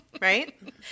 Right